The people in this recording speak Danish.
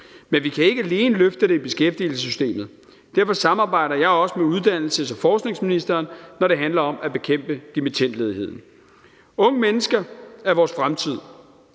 Men vi kan ikke alene løfte det i beskæftigelsessystemet. Derfor samarbejder jeg også med uddannelses- og forskningsministeren, når det handler om at bekæmpe dimittendledigheden. Unge mennesker er vores fremtid,